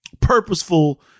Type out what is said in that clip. purposeful